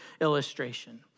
illustration